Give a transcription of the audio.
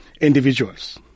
individuals